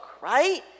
right